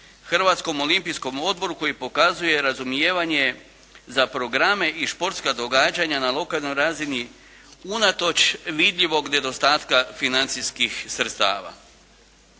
Hrvatskom olimpijskom odboru koji pokazuje razumijevanje za programe i športska događanja na lokalnoj razini unatoč vidljivog nedostatka financijskih sredstava.